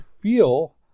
feel